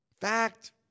fact